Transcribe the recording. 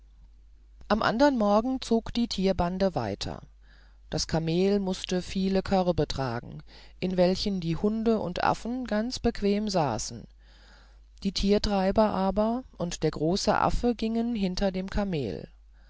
am andern morgen zog die tierbande weiter das kamel mußte viele körbe tragen in welchen die hunde und affen ganz bequem saßen die tiertreiber aber und der große affe gingen hinter dem kamel